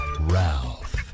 Ralph